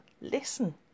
listen